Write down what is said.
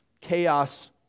chaos